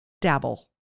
dabble